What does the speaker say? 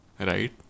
right